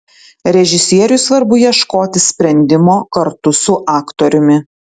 režisieriui svarbu ieškoti sprendimo kartu su aktoriumi